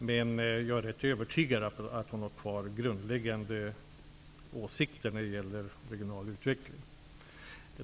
Men jag är rätt övertygad om att hon har kvar sina grundläggande åsikter om regional utveckling.